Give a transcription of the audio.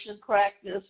practice